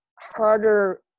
harder